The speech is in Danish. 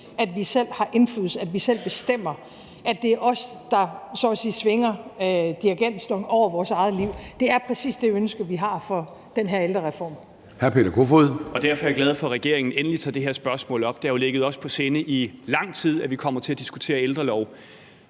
at vi selv har indflydelse, at vi selv bestemmer, at det er os, der så at sige svinger dirigentstokken over vores eget liv. Det er præcis det ønske, vi har for den her ældrereform.